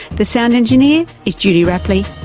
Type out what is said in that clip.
the sound engineer is judy rapley.